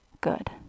Good